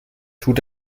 tut